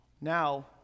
Now